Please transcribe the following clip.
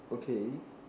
okay